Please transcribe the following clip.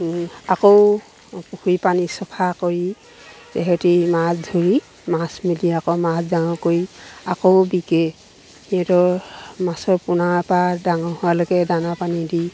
আকৌ পুখুৰী পানী চফা কৰি সিহঁতি মাছ ধৰি মাছ মেলি আকৌ মাছ ডাঙৰ কৰি আকৌ বিকে সিহঁতৰ মাছৰ পোনৰপৰা ডাঙৰ হোৱালৈকে দানা পানী দি